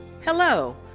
Hello